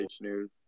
news